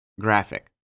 Graphic